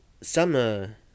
summer